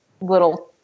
little